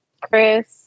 Chris